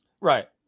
Right